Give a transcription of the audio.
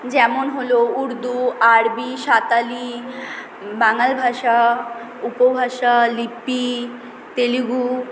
যেমন হলো উর্দু আরবি সাঁওতালি বাঙাল ভাষা উপভাষা লিপি তেলুগু